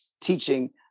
teaching